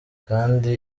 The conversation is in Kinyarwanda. kandi